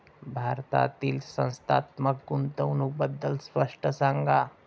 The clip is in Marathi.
भारतातील संस्थात्मक गुंतवणूक बद्दल स्पष्ट सांगा